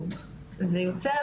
אז אני יכולה לדבר על זה.